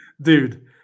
Dude